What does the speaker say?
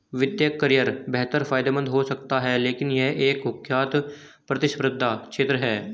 वित्तीय करियर बेहद फायदेमंद हो सकता है लेकिन यह एक कुख्यात प्रतिस्पर्धी क्षेत्र है